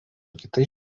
kitais